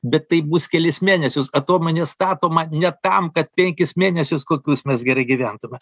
bet taip bus kelis mėnesius atominė statoma ne tam kad penkis mėnesius kokius mes gerai gyventume